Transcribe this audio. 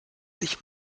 sich